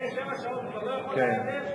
אחרי שבע שעות הוא כבר לא היה יכול יותר,